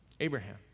Abraham